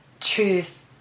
truth